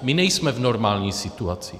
My nejsme v normální situaci.